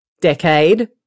decade